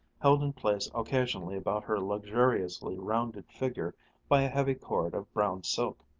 held in place occasionally about her luxuriously rounded figure by a heavy cord of brown silk.